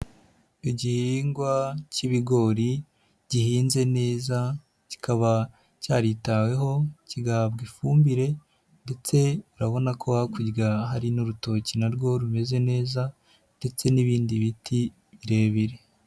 Igihingwa k'ibigori gihinze neza kikaba cyaritaweho kigahabwa ifumbire ndetse urabona ko hakurya hari n'urutoki na rwo rumeze neza ndetse n'ibindi biti birebire.